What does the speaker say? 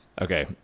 okay